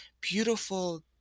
beautiful